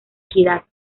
equidad